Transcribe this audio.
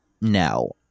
No